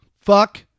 Fuck